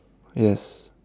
yes